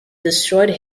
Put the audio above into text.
destroyed